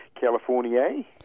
california